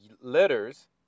letters